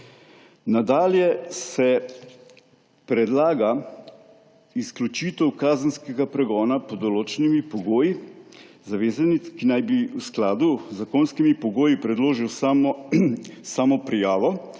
Nadalje se predlaga izključitev kazenskega pregona pod določenimi pogoji. Zavezanec, ki naj bi v skladu z zakonskimi pogoji predložil samoprijavo